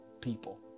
people